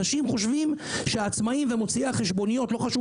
אנשים חושבים שעצמאיים ומוציאי החשבוניות לא חשוב